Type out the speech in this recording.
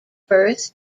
birth